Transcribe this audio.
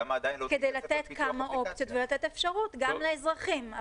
למה עדיין --- כדי לתת כמה אופציות ולתת אפשרות גם לאזרחים.